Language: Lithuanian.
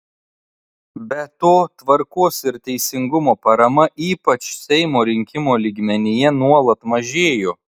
be to tvarkos ir teisingumo parama ypač seimo rinkimų lygmenyje nuolat mažėjo